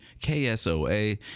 KSOA